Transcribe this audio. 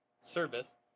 service